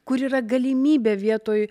kur yra galimybė vietoj